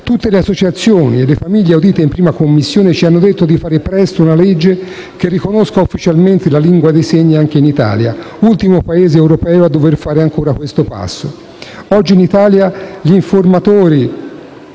Tutte le associazioni e le famiglie audite in 1a Commissione ci hanno detto di fare presto una legge che riconosca ufficialmente la lingua dei segni anche in Italia, ultimo Paese in Europa a dover fare ancora questo passo.